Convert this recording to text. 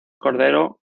cordero